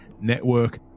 network